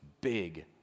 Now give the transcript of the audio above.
big